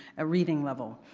a reading level.